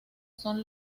son